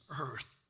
earth